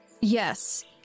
yes